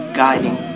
guiding